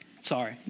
sorry